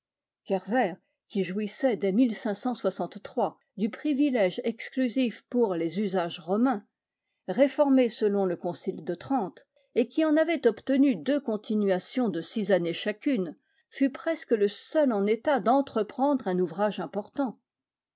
kerver qui jouissait dès du privilège exclusif pour les usages romains réformés selon le concile de trente et qui en avait obtenu deux continuations de six années chacune fut presque le seul en état d'entreprendre un ouvrage important